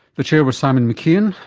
the chair was simon mckeon,